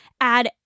add